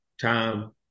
time